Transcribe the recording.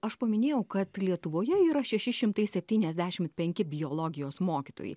aš paminėjau kad lietuvoje yra šeši šimtai septyniasdešim penki biologijos mokytojai